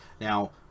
Now